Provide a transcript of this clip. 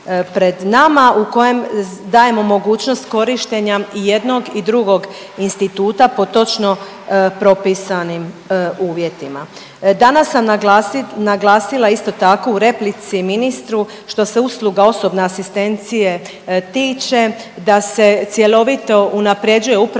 u kojem dajemo mogućnost korištenja i jednog i drugog instituta po točno propisanim uvjetima. Danas sam naglasila isto tako u replici ministru što se usluga osobne asistencije tiče da se cjelovito unaprjeđuje upravo